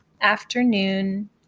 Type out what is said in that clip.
afternoon